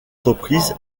reprise